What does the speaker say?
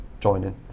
joining